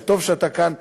וטוב שאתה כאן,